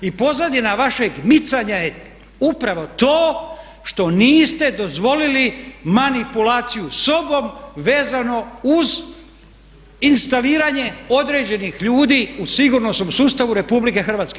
I pozadina vašeg micanja je upravo to što niste dozvolili manipulaciju sobom vezano uz instaliranje određenih ljudi u sigurnosnom sustavu RH.